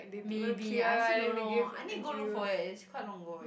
maybe I also don't know I need to go for it it's quite long ago already